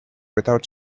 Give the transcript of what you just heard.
without